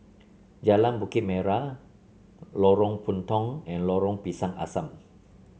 Jalan Bukit Merah Lorong Puntong and Lorong Pisang Asam